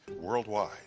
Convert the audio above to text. worldwide